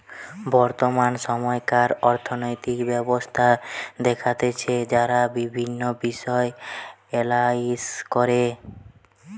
বর্তমান সময়কার অর্থনৈতিক ব্যবস্থা দেখতেছে যারা বিভিন্ন বিষয় এনালাইস করে